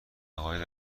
عقاید